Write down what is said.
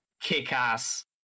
kick-ass